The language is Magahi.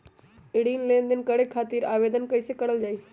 ऋण लेनदेन करे खातीर आवेदन कइसे करल जाई?